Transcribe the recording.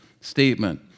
statement